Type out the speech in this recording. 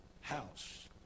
house